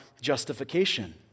justification